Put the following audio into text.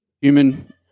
Human